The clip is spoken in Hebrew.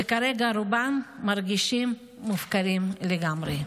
וכרגע רובם מרגישים מופקרים לגמרי.